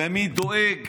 מי דואג